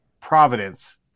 providence